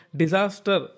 disaster